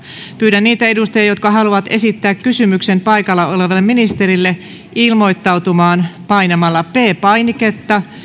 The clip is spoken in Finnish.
pyydän niitä edustajia jotka haluavat esittää kysymyksen paikalla olevalle ministerille ilmoittautumaan painamalla p painiketta